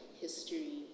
history